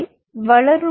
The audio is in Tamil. அவை வளரும்